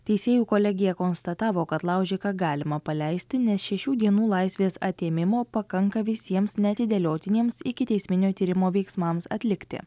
teisėjų kolegija konstatavo kad laužiką galima paleisti nes šešių dienų laisvės atėmimo pakanka visiems neatidėliotiniems ikiteisminio tyrimo veiksmams atlikti